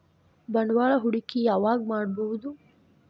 ಬಂಡವಾಳ ಹೂಡಕಿ ಯಾವಾಗ್ ಮಾಡ್ಬಹುದು?